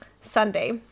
Sunday